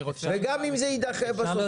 וגם אם זה יידחה בסוף,